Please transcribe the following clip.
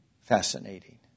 fascinating